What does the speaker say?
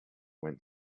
went